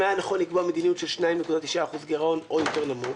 היה נכון לקבוע מדיניות של 2.9% גירעון או יותר נמוך?